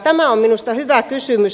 tämä on minusta hyvä kysymys